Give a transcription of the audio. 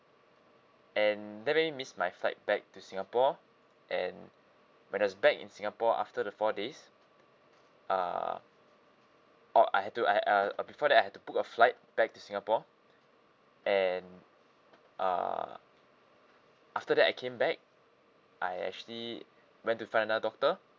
and that made me missed my flight back to singapore and when I was back in singapore after the four days uh oh I had to I uh uh before that I had to book a flight back to singapore and uh after that I came back I actually went to find another doctor